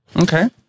Okay